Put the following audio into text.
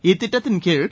இத்திட்டத்தின் கீழ்